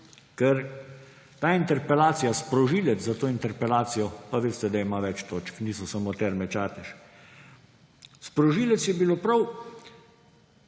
ker ta interpelacija, sprožilec za to interpelacijo pa veste, da ima več točk, niso samo Terme Čatež. Sprožilec je bilo prav